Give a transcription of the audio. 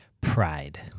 pride